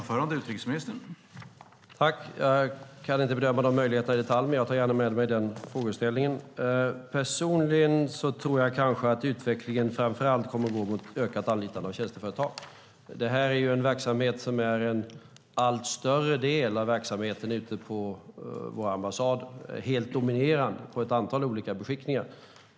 Herr talman! Jag kan inte bedöma de möjligheterna i detalj, men jag tar gärna med mig den frågeställningen. Personligen tror jag kanske att utvecklingen framför allt kommer att gå mot ett ökat anlitande av tjänsteföretag. Det är en allt större del av verksamheten ute på våra ambassader. Den är helt dominerande på ett antal olika beskickningar.